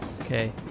Okay